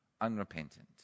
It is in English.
unrepentant